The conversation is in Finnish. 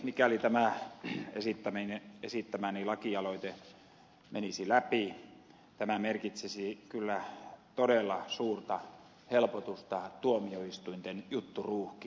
mikäli tämä esittämäni lakialoite menisi läpi tämä merkitsisi kyllä todella suurta helpotusta tuomioistuinten jutturuuhkiin